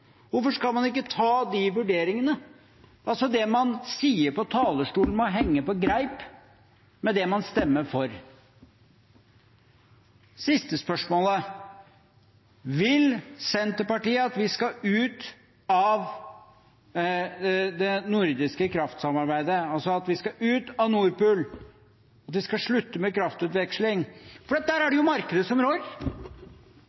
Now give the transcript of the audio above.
Hvorfor skal man ikke ta de vurderingene? Det man sier på talerstolen, må henge på greip med det man stemmer for. Siste spørsmål: Vil Senterpartiet at vi skal ut av det nordiske kraftsamarbeidet, altså at vi skal ut av Nord Pool, at vi skal slutte med kraftutveksling? For der er det jo markedet som rår, og vi hørte jo nå hvordan det